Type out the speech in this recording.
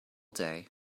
day